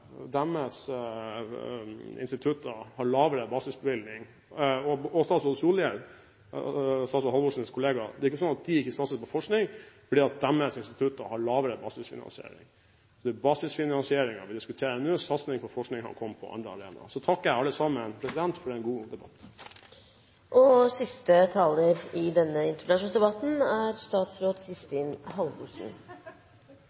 deres institutter har lavere basisfinansiering. Det er basisfinansieringen vi diskuterer nå. Satsing på forskning kan komme på andre arenaer. Så takker jeg alle sammen for en god debatt! Siste taler i denne interpellasjonsdebatten er statsråd